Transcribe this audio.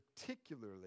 particularly